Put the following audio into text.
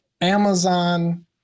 Amazon